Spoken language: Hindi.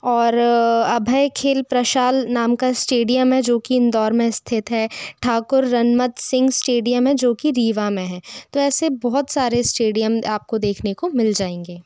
और अभय खेल प्रशाल नाम का स्टेडियम है जो कि इंदौर में स्थित है ठाकुर रनमत सिंह स्टेडियम है जो कि रीवा में है तो ऐसे बहुत सारे स्टेडियम आपको देखने को मिल जाएंगे